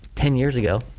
ten years ago